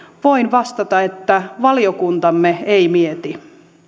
voin vastata että valiokuntamme ei mieti